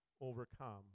overcome